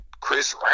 Chris